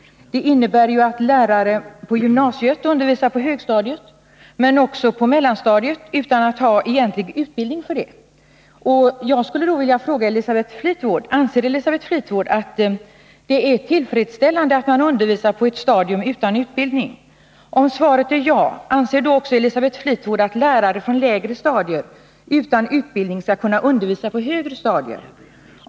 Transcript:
Det innebär att lärare på gymnasiet undervisar på högstadiet, men också på mellanstadiet, utan att ha egentlig utbildning för det. Jag skulle vilja fråga Elisabeth Fleetwood: Anser Elisabeth Fleetwood att det är tillfredsställande att man undervisar på ett stadium utan att man har en utbildning som är anpassad för detta? Om svaret är ja, anser Elisabeth 21 Fleetwood då också att lärare skall få undervisa på högre skolstadier än det egna, utan utbildning för detta?